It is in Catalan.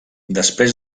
després